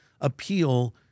appeal